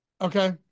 Okay